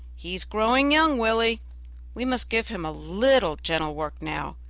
he's growing young, willie we must give him a little gentle work now,